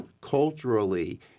culturally